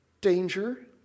danger